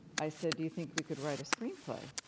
i said, do you think we could write a screen play?